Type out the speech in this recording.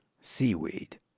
Seaweed